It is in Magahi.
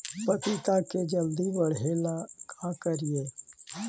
पपिता के जल्दी बढ़े ल का करिअई?